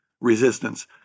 resistance